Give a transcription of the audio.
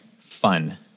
fun